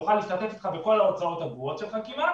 נוכל להשתתף איתך בכל ההוצאות הקבועות שלך כמעט,